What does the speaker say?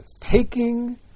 taking